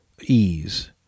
ease